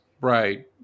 Right